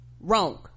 Wrong